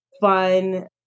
fun